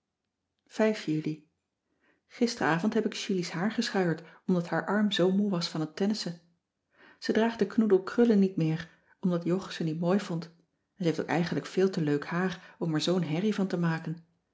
juli gisteravond heb ik julie's haar geschuierd omdat haar arm zoo moe was van het tennissen ze draagt den knoedel krullen niet meer omdat jog ze niet mooi vond en ze heeft ook eigenlijk veel te leuk haar om er zoo'n herrie van te maken